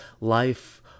life